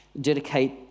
dedicate